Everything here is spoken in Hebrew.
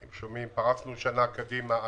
פרצנו שנה קדימה,